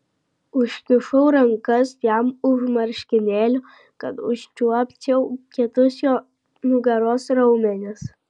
užkišau rankas jam už marškinėlių kad užčiuopčiau kietus jo nugaros raumenis